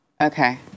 Okay